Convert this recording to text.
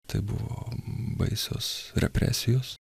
tai buvo baisios represijos